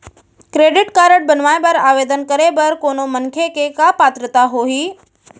Credit card बनवाए बर आवेदन करे बर कोनो मनखे के का पात्रता होही?